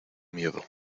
miedo